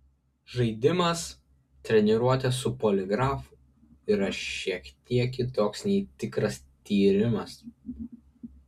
žaidimas treniruotė su poligrafu yra šiek tiek kitoks nei tikras tyrimas